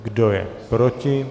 Kdo je proti?